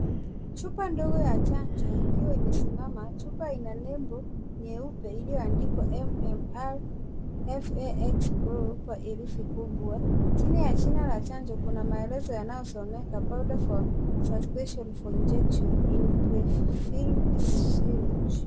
Chupa ndogo ya chanjo ikiwa imesimama. Chupa ina nembo nyeupe iliyoandikwa M-M-R FAX kwa herufi kubwa. Chini ya jina ya chanjo kuna maelezo yanayosomeka powder for suspension for injection in pre-filled syringe .